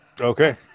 Okay